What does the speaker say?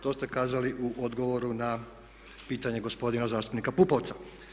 To ste kazali u odgovoru pitanje gospodina zastupnika Pupovca.